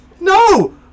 No